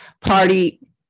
party